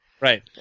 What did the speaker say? Right